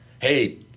Hey